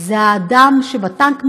זה האדם שבטנק,